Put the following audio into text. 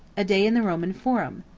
a day in the roman forum.